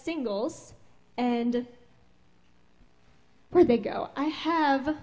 singles and where they go i have